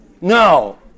No